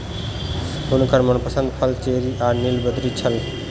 हुनकर मनपसंद फल चेरी आ नीलबदरी छल